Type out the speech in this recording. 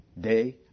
day